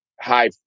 high